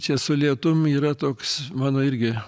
čia su lietum yra toks mano irgi